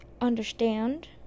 understand